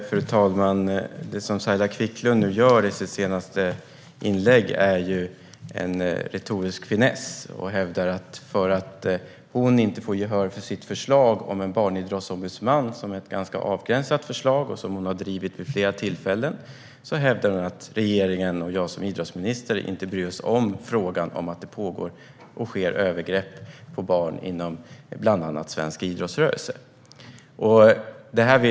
Fru talman! Det som Saila Quicklund gör i sitt senaste inlägg är en retorisk finess. När hon inte får gehör för sitt förslag om en barnidrottsombudsman, som är ett ganska avgränsat förslag som hon drivit vid flera tillfällen, hävdar hon att regeringen och jag som idrottsminister inte bryr oss om frågan att det sker övergrepp på barn inom bland annat svensk idrottsrörelse.